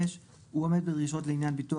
5. הוא עומד בדרישות לעניין ביטוח,